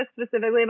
specifically